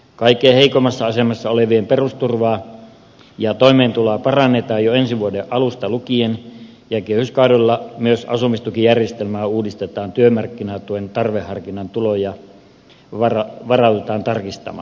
kaikkein heikoimmassa asemassa olevien perusturvaa ja toimeentuloa parannetaan jo ensi vuoden alusta lukien ja kehyskaudella myös asumistukijärjestelmää uudistetaan ja työmarkkinatuen tarveharkinnan tuloja varaudutaan tarkistamaan